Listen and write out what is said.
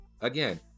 again